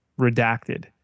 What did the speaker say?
redacted